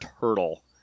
turtle